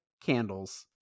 candles